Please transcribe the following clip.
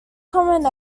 common